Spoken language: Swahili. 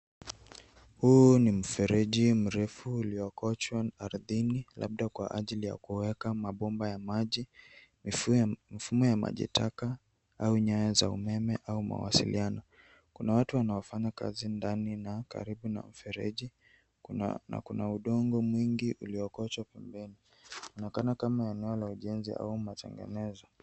Huu ni mfereji mrefu uliokochwa ardhini labda kwa ajili ya kuweka mabomba ya maji, mifumo ya majitaka au nyaya za umeme au mawasiliano. Kuna watu wanaofanya kazi ndani na karibu na mfereji na kuna udongo mwingi uliokochwa pembeni . Inaonekana kama eneo la ujenzi au matengenezo.